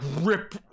rip